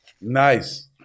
nice